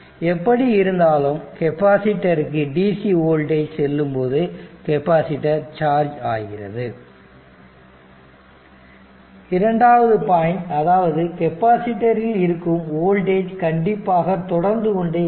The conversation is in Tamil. எப்படி இருந்தாலும் கெப்பாசிட்டருக்கு dc வோல்டேஜ் செல்லும்போது கெப்பாசிட்டர் சார்ஜ் ஆகிறது இரண்டாவது பாயிண்ட் அதாவது கெபாசிட்டர் ல் இருக்கும் வோல்டேஜ் கண்டிப்பாக தொடர்ந்து கொண்டே இருக்கும்